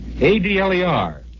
A-D-L-E-R